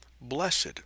blessed